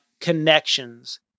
connections